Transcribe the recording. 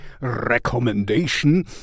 recommendation